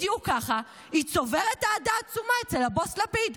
בדיוק ככה, היא צוברת אהדה עצומה אצל הבוס לפיד,